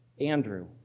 Andrew